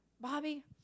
Bobby